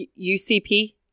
UCP